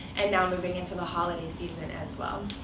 and now moving into the holiday season, as well.